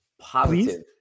positive